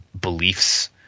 beliefs